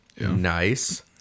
nice